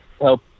help